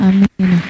Amen